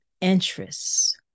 interests